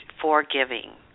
forgiving